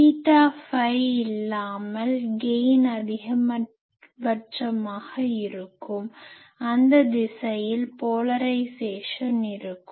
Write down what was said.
theta phi இல்லாமல் gain அதிகபட்சமாக இருக்கும் அந்த திசையில் போலரைஸேசன் இருக்கும்